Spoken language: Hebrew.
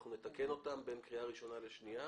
אנחנו נתקן אותם בין קריאה ראשונה לשנייה